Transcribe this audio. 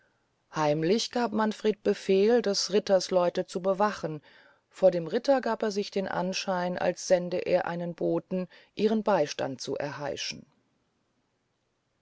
heimlich gab manfred befehl des ritters leute zu bewachen vor dem ritter gab er sich das ansehn als sende er einen boten ihren beystand zu erheischen